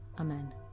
Amen